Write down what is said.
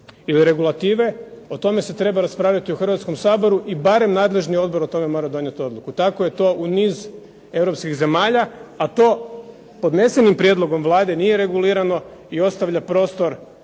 ili regulative o tome se treba raspravljati u Hrvatskom saboru i barem nadležni odbor o tome mora donijeti odluku. Tako je to u niz europskih zemalja, a to podnesenim prijedlogom Vlade nije regulirano i ostavlja prostor